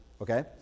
Okay